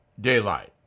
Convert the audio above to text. daylight